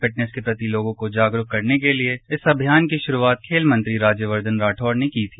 fitness के प्रति लोगों को जागरूक करने के लिए इस अभियान की शुरूआत खेल मंत्री राज्यवर्घन राठौड़ ने की थी